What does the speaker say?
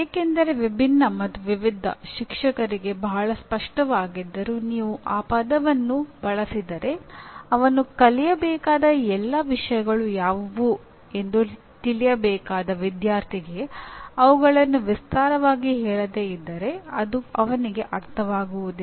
ಏಕೆಂದರೆ "ವಿಭಿನ್ನ" ಮತ್ತು "ವಿವಿಧ" ಶಿಕ್ಷಕರಿಗೆ ಬಹಳ ಸ್ಪಷ್ಟವಾಗಿದ್ದರೂ ನೀವು ಆ ಪದವನ್ನು ಬಳಸಿದರೆ ಅವನು ಕಲಿಯಬೇಕಾದ ಎಲ್ಲ ವಿಷಯಗಳು ಯಾವುವು ಎಂದು ತಿಳಿಯಬೇಕಾದ ವಿದ್ಯಾರ್ಥಿಗೆ ಅವುಗಳನ್ನು ವಿಸ್ತಾರವಾಗಿ ಹೇಳದೇ ಇದ್ದರೆ ಅದು ಅವನಿಗೆ ಅರ್ಥವಾಗುವುದಿಲ್ಲ